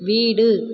வீடு